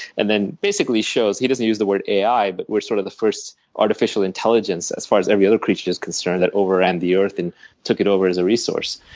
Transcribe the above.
and then basically shows he doesn't use the word ai but we're sort of the first artificial intelligence as far as any other creature is concerned that overran the earth and took it over as a resource.